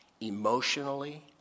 emotionally